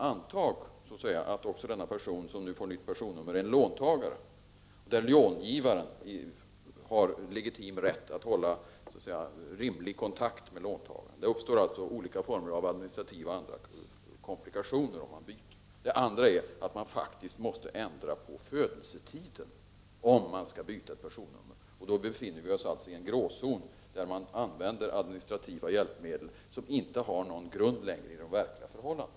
Antag att denne person som får ett nytt personnummer är en låntagare. Då har långivaren legitim rätt att hålla så att säga rimlig kontakt med låntagaren. Det uppstår alltså olika former av administrativa och andra komplikationer om man byter personnummer. Det andra är att man faktiskt måste ändra på födelsetiden om man skall byta personnummer. Då befinner vi oss i en grå zon. Man använder admi nistrativa hjälpmedel som inte längre har någon grund i verkliga förhållanden.